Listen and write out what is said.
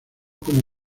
como